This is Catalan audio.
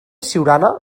siurana